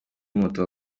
moto